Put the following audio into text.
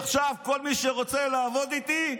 עכשיו כל מי שרוצה לעבוד איתי,